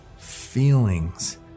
feelings